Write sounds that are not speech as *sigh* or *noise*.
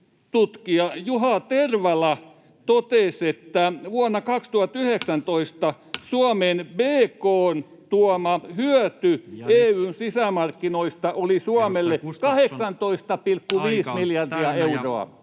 Juha Tervala totesi, että vuonna 2019 *noise* Suomen bkt:n tuoma hyöty EU:n sisämarkkinoista oli Suomelle 18,5 miljardia euroa.